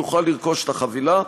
יוכל לרכוש את החבילה.